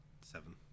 seven